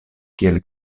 kiel